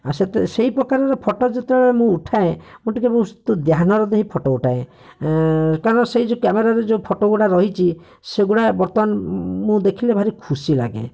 ଆଉ ସେହି ପ୍ରକାରର ଫୋଟୋ ଯେତେବେଳେ ଉଠାଏ ମୁଁ ଟିକିଏ ବହୁତ ଧ୍ୟାନର ଦେଇ ଫୋଟୋ ଉଠାଏ କାରଣ ସେହି ଯେଉଁ କ୍ୟାମେରାରେ ଯେଉଁ ଫୋଟୋଗୁଡ଼ା ରହିଛି ସେହିଗୁଡ଼ା ବର୍ତ୍ତମାନ ମୁଁ ଦେଖିଲେ ଭାରି ଖୁସି ଲାଗେ